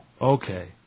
okay